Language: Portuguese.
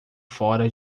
fora